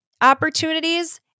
opportunities